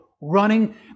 running